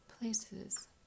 places